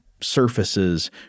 surfaces